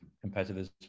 competitors